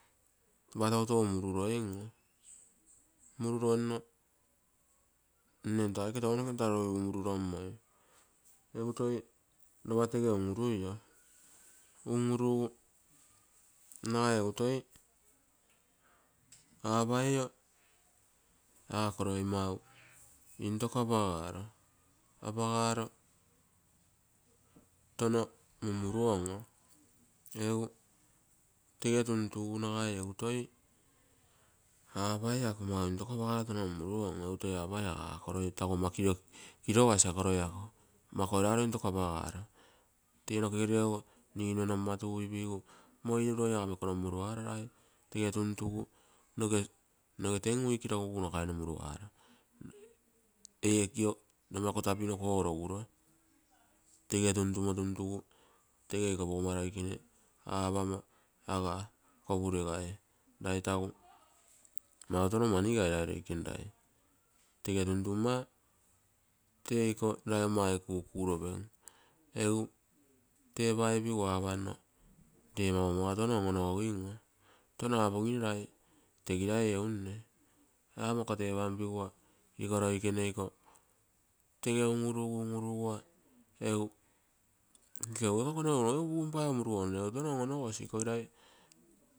Tenpla tou muroim oo, muroronno nne nta aike tounoke nta rai orogigu muroro moi egu toi ropa tege un-uruio nagai egu toi apaio ah ako roi mau intoko apagaro tono munmuro on, egu toi apai ako roi tegu ama kirogasi ako roi ako mma ako ouraurointoko apagaro tee noke-rego ninue nomma tuigu moiruroi agammo eiko nomu muruara rai. Tege tuntugu noge ten week rogugu nagai mumaro, tee ekio numaku tapeneko roguro, tege tuntugu teege iko pougommo roikere apaguo aga rai mautou mani tege tuntuma teiko raigomma aike kukuropumitepaipigu, apanno ree mau iko tono on-onoginne tono apogim rai tegirai ee unne, ah mma ako tepanpigu iko roikene iko eiko konegu noge egu punpaigu muruouo mego tono onogo.